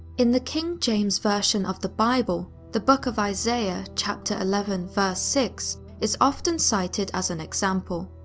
in the king james' version of the bible, the book of isaiah chapter eleven verse six is often cited as an example.